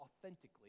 authentically